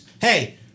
hey